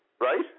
Right